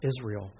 Israel